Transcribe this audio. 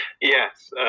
Yes